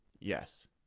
Yes